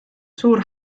suur